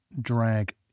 drag